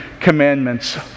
commandments